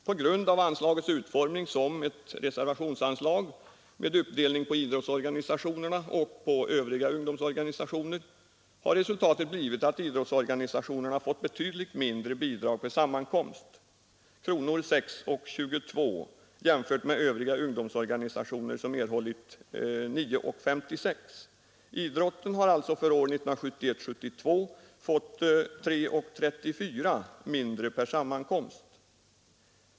På grund av anslagets utformning som ett reservationsanslag med uppdelning på idrottsorganisationerna och på övriga ungdomsorganisationer har resultatet blivit att idrottsorganisationerna fått betydligt mindre bidrag per sammankomst, 6:22 kronor, vilket skall jämföras med bidraget till övriga ungdomsorganisationer, 9:56 kronor. Idrotten har alltså för budgetåret 1971/72 fått 3:34 kronor mindre per sammankomst.